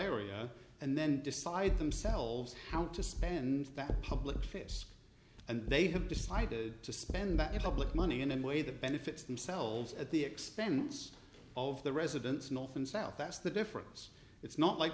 area and then decide themselves how to spend that public face and they have decided to spend that problem money in an way that benefits themselves at the expense of the residents north and south that's the difference it's not like